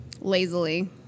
Lazily